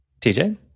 TJ